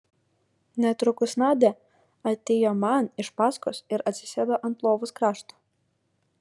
netrukus nadia atėjo man iš paskos ir atsisėdo ant lovos krašto